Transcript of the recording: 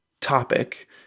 topic